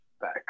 back